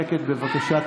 שקט, בבקשה.